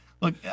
Look